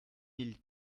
mille